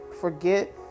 forget